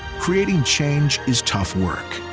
creating change is tough work.